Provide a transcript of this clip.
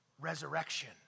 resurrection